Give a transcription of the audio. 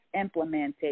implemented